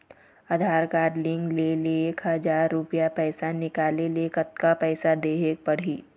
आधार card link ले एक हजार रुपया पैसा निकाले ले कतक पैसा देहेक पड़ही?